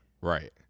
right